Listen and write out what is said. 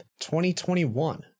2021